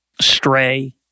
stray